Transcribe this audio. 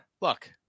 Look